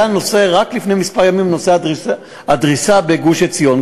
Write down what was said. היה, רק לפני כמה ימים, נושא הדריסה בגוש-עציון.